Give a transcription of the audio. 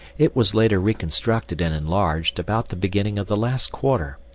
it was later reconstructed and enlarged about the beginning of the last quarter,